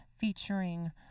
featuring